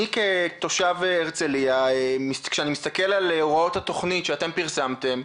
אני כתושב הרצליה כשאני מסתכל על הוראות התכנית שפרסמתם,